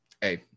hey